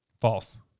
False